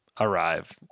arrive